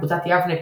קבוצת יבנה,